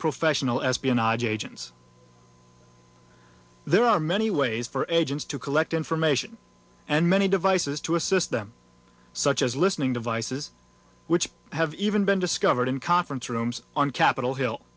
professional espionage agents there are many ways for agents to collect information and many devices to assist them such as listening devices which have even been discovered in conference rooms on capitol hill